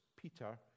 Peter